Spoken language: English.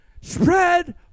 spread